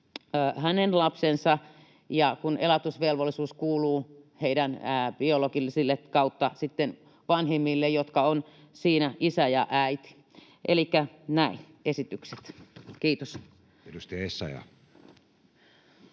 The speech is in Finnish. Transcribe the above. hänen lapsensa, kun elatusvelvollisuus kuuluu biologisille vanhemmille / vanhemmille, jotka ovat siinä isä ja äiti. Elikkä näin, tässä esitykset. — Kiitos.